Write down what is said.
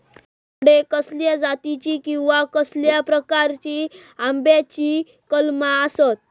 तुमच्याकडे कसल्या जातीची किवा कसल्या प्रकाराची आम्याची कलमा आसत?